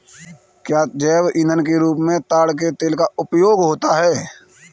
क्या जैव ईंधन के रूप में ताड़ के तेल का उपयोग होता है?